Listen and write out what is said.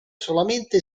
solamente